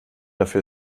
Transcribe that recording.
dafür